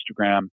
Instagram